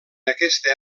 aquesta